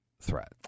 threat